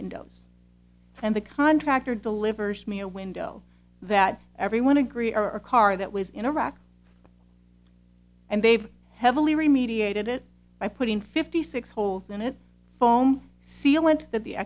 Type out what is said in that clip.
windows and the contractor delivers me a window that everyone agree are a car that was in iraq and they've heavily remediated it by putting fifty six holes in it foam sealant that the